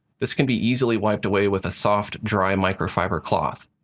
this can be easily wiped away with a soft, dry, microfiber cloth.